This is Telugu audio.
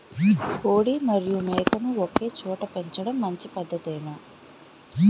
కోడి మరియు మేక ను ఒకేచోట పెంచడం మంచి పద్ధతేనా?